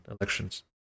Elections